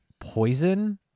poison